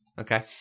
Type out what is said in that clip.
Okay